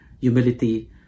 humility